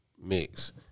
mix